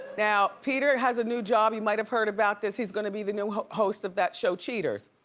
now peter has a new job. you might've heard about this. he's gonna be the new host of that show, cheaters.